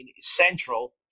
central